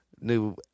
new